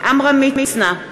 עמרם מצנע,